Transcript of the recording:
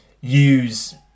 use